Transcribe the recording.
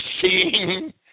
seeing